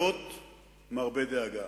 חבר הכנסת איתן, אני אומר לך לא מידע שלי בדקדוק.